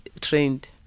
trained